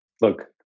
look